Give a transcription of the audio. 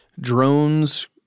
drones